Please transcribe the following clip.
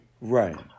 Right